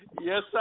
Yes